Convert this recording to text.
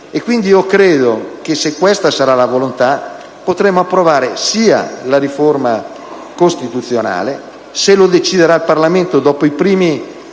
cui credo che, se questa sarà la volontà, potremmo approvare la riforma costituzionale e, se lo deciderà il Parlamento, dopo i primi